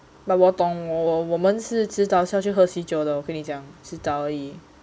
but 我懂我们是迟早要去喝喜酒的我跟你讲迟早而已